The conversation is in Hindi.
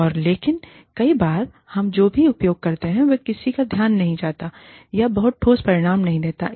और लेकिन कई बार हम जो भी उपयोग करते हैं वह किसी का ध्यान नहीं जाता है या बहुत ठोस परिणाम नहीं देता है